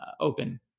open